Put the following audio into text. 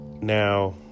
Now